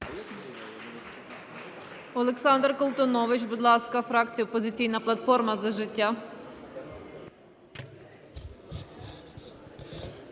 Олександр Колтунович, будь ласка, фракція "Опозиційна платформа – За життя".